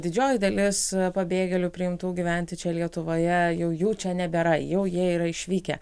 didžioji dalis pabėgėlių priimtų gyventi čia lietuvoje jau jų čia nebėra jau jie yra išvykę